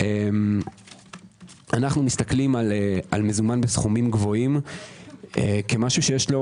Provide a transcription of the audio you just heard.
אנו מסתכלים על מזומן בסכומים גבוהים כמשהו שיש לו